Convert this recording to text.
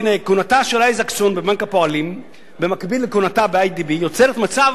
כהונתה של איזקסון בבנק הפועלים במקביל לכהונתה ב"איי.די.בי" יוצרת מצב